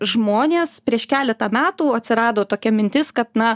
žmonės prieš keletą metų atsirado tokia mintis kad na